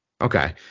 Okay